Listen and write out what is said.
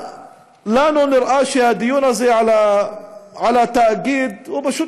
לנו נראה שהדיון הזה על התאגיד הוא פשוט